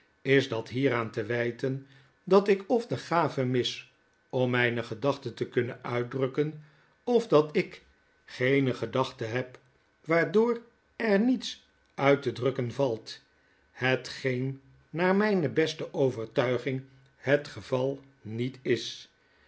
is dat hieraan te wijten dat ik of de gave mis om myne gedachten te kunnen uitdrukken of dat ik geene gedachten heb waardoor er niets uit te drukken valt hetgeen naar myne beste overtuiging bet geval niet is